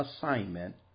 assignment